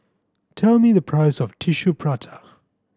tell me the price of Tissue Prata